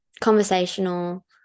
conversational